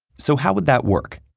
so how would that work?